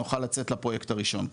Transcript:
נוכל לצאת לפרויקט הראשון כבר.